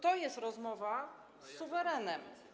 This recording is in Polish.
To jest rozmowa z suwerenem.